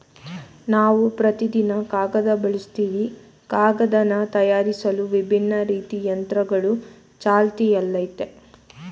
ನಾವು ಪ್ರತಿದಿನ ಕಾಗದ ಬಳಸ್ತಿವಿ ಕಾಗದನ ತಯಾರ್ಸಲು ವಿಭಿನ್ನ ರೀತಿ ಯಂತ್ರಗಳು ಚಾಲ್ತಿಯಲ್ಲಯ್ತೆ